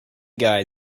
guy